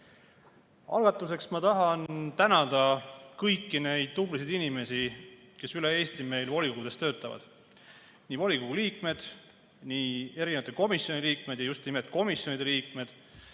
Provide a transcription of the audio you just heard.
Algatuseks ma tahan tänada kõiki neid tublisid inimesi, kes üle Eesti meil volikogudes töötavad – nii volikogu liikmeid kui ka erinevate komisjonide liikmeid –, ja just nimelt komisjonide liikmeid,